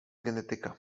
genetyka